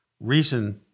reason